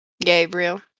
Gabriel